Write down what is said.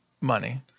Money